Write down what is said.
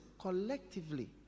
collectively